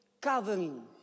covering